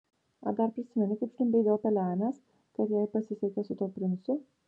ar dar prisimeni kaip žliumbei dėl pelenės kad jai pasisekė su tuo princu